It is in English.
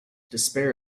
despair